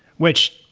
which,